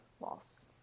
loss